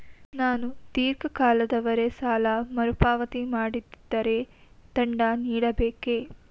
ನಾನು ಧೀರ್ಘ ಕಾಲದವರೆ ಸಾಲ ಮರುಪಾವತಿ ಮಾಡದಿದ್ದರೆ ದಂಡ ನೀಡಬೇಕೇ?